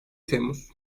temmuz